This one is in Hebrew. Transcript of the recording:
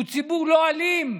הוא ציבור לא אלים.